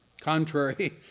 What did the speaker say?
Contrary